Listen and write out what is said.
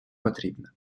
потрібне